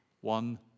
one